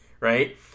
Right